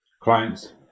clients